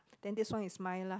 then this one is mine lah